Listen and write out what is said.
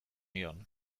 nion